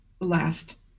last